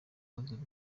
bazira